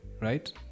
right